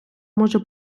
може